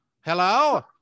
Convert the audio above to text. hello